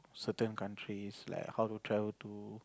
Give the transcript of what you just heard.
certain countries like how to travel to